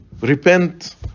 Repent